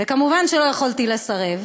ומובן שלא יכולתי לסרב.